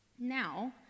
Now